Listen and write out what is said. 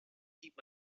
keep